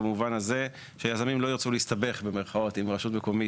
במובן הזה שיזמים לא ירצו "להסתבך" עם רשות מקומית,